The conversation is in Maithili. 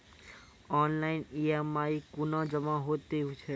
ऑनलाइन ई.एम.आई कूना जमा हेतु छै?